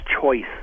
choice